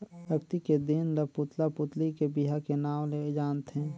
अक्ती के दिन ल पुतला पुतली के बिहा के नांव ले जानथें